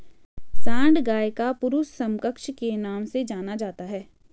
सांड गाय का पुरुष समकक्ष के नाम से जाना जाता है